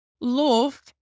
love